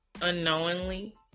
unknowingly